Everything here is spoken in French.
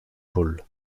paul